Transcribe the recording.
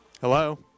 Hello